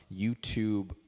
YouTube